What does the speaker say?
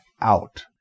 out